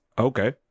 Okay